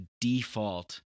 default